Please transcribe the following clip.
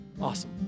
Awesome